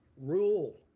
rule